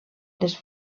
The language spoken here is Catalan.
les